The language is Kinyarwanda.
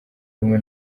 rumwe